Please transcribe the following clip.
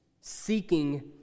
seeking